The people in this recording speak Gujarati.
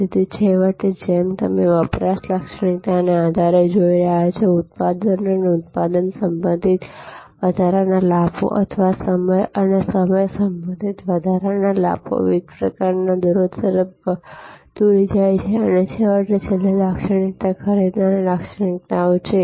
તેથી છેવટે જેમ તમે વપરાશ લાક્ષણિકતાઓના આધારે જોઈ રહ્યા છો ઉત્પાદન અને ઉત્પાદન સંબંધિત વધારાના લાભો અથવા સમય અને સમય સંબંધિત વધારાના લાભો વિવિધ પ્રકારના દરો તરફ દોરી જાય છે અને છેવટે છેલ્લી લાક્ષણિકતાઓ ખરીદનારની લાક્ષણિકતાઓ છે